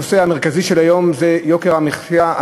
הנושא המרכזי של היום זה יוקר המחיה,